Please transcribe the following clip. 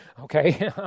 okay